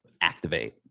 activate